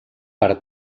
per